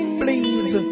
please